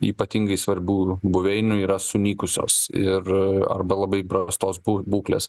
ypatingai svarbių buveinių yra sunykusios ir arba labai prastos bū būklės